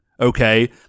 okay